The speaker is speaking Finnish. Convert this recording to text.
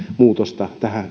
muutosta